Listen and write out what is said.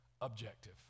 objective